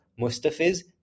Mustafiz